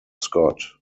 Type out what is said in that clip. scott